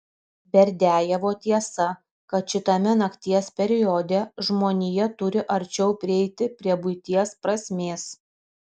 berdiajevo tiesa kad šitame nakties periode žmonija turi arčiau prieiti prie buities prasmės